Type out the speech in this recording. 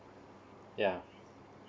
yeah